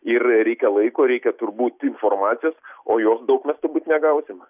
ir reikia laiko reikia turbūt informacijos o jos daug mes turbūt negausim